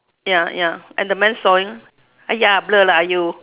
ya ya and the man sawing !aiya! blur lah you